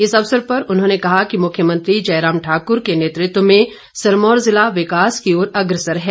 इस अवसर पर उन्होंने कहा कि मुख्यमंत्री जयराम ठाकुर ने नेतृत्व में सिरमौर जिला विकास की ओर अग्रसर है